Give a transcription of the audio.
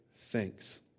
thanks